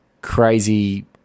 crazy